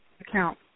account